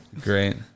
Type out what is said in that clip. Great